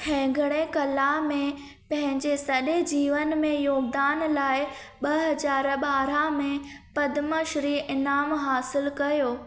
हेगड़े कला में पंहिंजे सॼे जीवन जे योगदान लाइ ॿ हज़ार ॿारहां में पद्मश्री इनामु हासिलु कयो